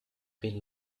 been